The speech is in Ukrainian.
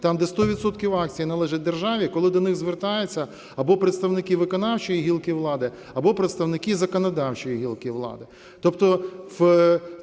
відсотків акцій належать державі, коли до них звертаються або представники виконавчої гілки влади, або представники законодавчої гілки влади.